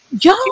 yo